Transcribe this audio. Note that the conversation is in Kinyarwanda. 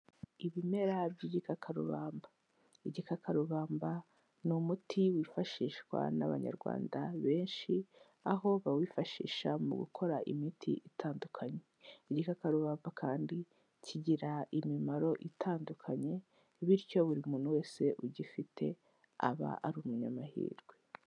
Ibimera by'igikakarubamba. Igikakarubamba ni umuti wifashishwa n'Abanyarwanda benshi, aho bawifashisha mu gukora imiti itandukanye, igikakarubamba kandi kigira imimaro itandukanye bityo buri muntu wese ugifite aba ari umunyamahirwe.